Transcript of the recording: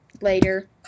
later